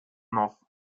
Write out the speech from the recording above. noch